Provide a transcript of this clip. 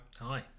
Hi